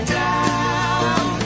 down